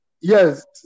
yes